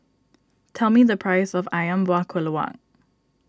tell me the price of Ayam Buah Keluak